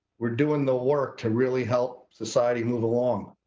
we're doing the work to really help society move along.